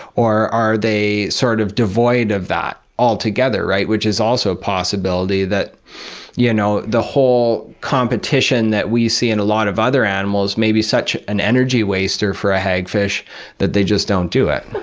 or are they sort of devoid of that altogether, which is also a possibility, that you know the whole competition that we see in a lot of other animals may be such an energy waster for a hagfish that they just don't do it.